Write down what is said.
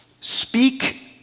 speak